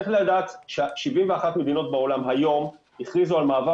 צריך לדעת ש-71 מדינות בעולם היום הכריזו על מעבר